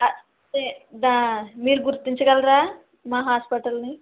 అదే దా మీరు గుర్తించగలరా మా హాస్పిటల్ని